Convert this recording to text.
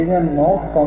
இதன் நோக்கம்